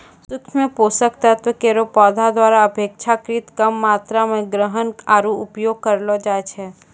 सूक्ष्म पोषक तत्व केरो पौधा द्वारा अपेक्षाकृत कम मात्रा म ग्रहण आरु उपयोग करलो जाय छै